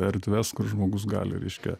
erdves kur žmogus gali reiškia